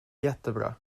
jättebra